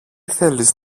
θέλεις